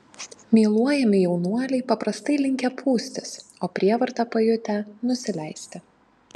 myluojami jaunuoliai paprastai linkę pūstis o prievartą pajutę nusileisti